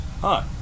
Hi